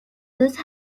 lose